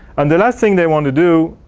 and the last thing they want to do,